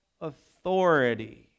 authority